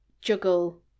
juggle